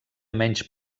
menys